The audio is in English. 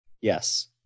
Yes